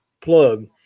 plug